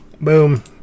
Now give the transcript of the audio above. Boom